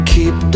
Keep